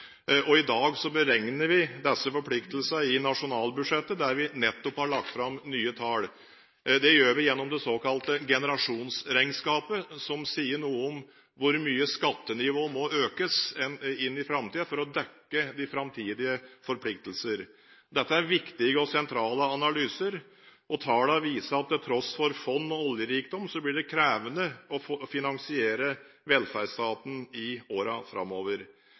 statsbudsjettet. I dag beregner vi disse forpliktelsene i nasjonalbudsjettet, der vi nettopp har lagt fram nye tall. Det gjør vi gjennom det såkalte generasjonsregnskapet, som sier noe om hvor mye skattenivået må økes i framtiden for å dekke de framtidige forpliktelsene. Dette er viktige og sentrale analyser. Tallene viser at til tross for fond og oljerikdom blir det krevende å finansiere velferdsstaten i årene framover.